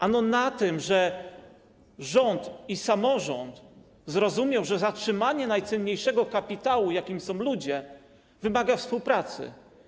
Ano na tym, że rząd i samorząd zrozumieli, że zatrzymanie najcenniejszego kapitału, jakim są ludzie, wymaga współpracy.